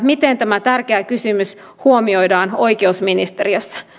miten tämä tärkeä kysymys huomioidaan oikeusministeriössä